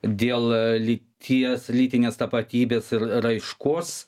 dėl lyties lytinės tapatybės ir raiškos